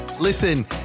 Listen